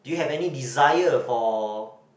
do you have any desire for